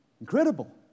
Incredible